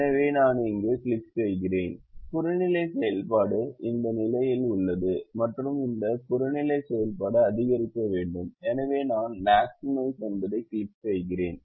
எனவே நான் அங்கு கிளிக் செய்கிறேன் புறநிலை செயல்பாடு இந்த நிலையில் உள்ளது மற்றும் இந்த புறநிலை செயல்பாடு அதிகரிக்க வேண்டும் எனவே நான் மேக்ஸிமைஸ் என்பதைக் கிளிக் செய்கிறேன்